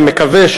אני מקווה,